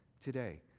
today